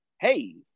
Hey